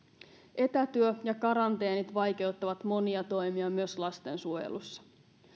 etätyö ja karanteenit vaikeuttavat monia toimia myös lastensuojelussa